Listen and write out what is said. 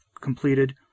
completed